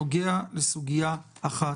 נוגע לסוגיה אחת: